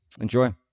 Enjoy